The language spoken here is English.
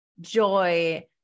joy